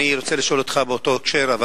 אני רוצה לשאול אותך באותו הקשר.